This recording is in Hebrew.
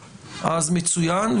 מצוין,